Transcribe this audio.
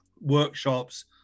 workshops